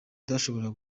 atashoboraga